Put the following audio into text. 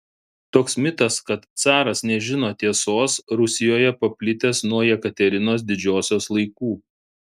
toks mitas kad caras nežino tiesos rusijoje paplitęs nuo jekaterinos didžiosios laikų